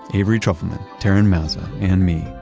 avery trufelman, taryn mazza and me,